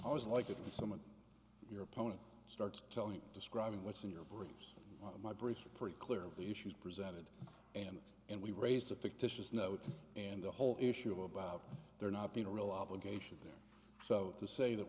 with some of your opponent starts telling describing what's in your brief my briefs are pretty clear of the issues presented and and we raised a fictitious note and the whole issue about there not being a real obligation there so to say that